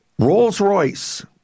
Rolls-Royce